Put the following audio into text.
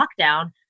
lockdown